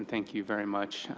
thank you very much,